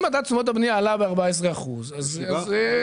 אם מדד תשומות הבנייה עלה ב-14%, אז --- 7%.